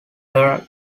herald